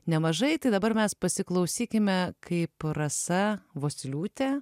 nemažai tai dabar mes pasiklausykime kaip rasa vosyliūtė